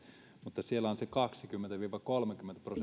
mutta siellä on se kaksikymmentä viiva kolmekymmentä